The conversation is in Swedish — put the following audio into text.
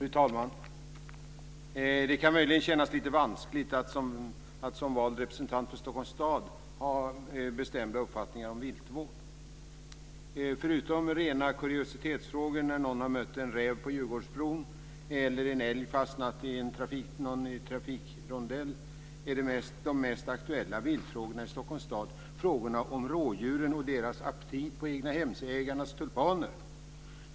Fru talman! Det kan möjligen kännas lite vanskligt att som vald representant för Stockholms stad ha bestämda uppfattningar om viltvård. Förutom rena kuriositetsfrågor som när någon har mött en räv på Djurgårdsbron eller när en älg har fastnat i en trafikrondell, är de mest aktuella viltfrågorna i Stockholms stad frågorna om rådjuren och deras aptit på egnahemsägarnas tulpaner.